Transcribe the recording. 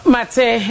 Mate